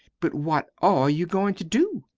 but what are you goin' to do?